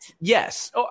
Yes